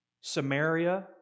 Samaria